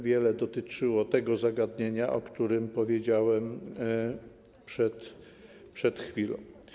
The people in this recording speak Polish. Wiele dotyczyło tego zagadnienia, o którym powiedziałem przed chwilą.